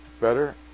better